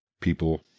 people